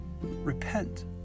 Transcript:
Repent